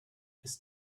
ist